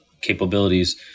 capabilities